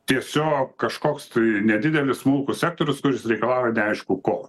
tiesiog kažkoks tai nedidelis smulkus sektorius kuris reikalauja neaišku ko